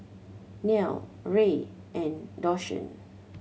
Nile Rey and Deshawn